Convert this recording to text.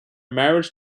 marriage